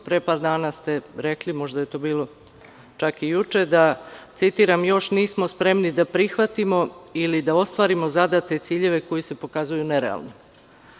Pre par dana ste rekli, možda je to bilo čak i juče, da citiram: „Još nismo spremni da prihvatimo ili da ostvarimo zadate ciljeve koji se pokazuju nerealnim.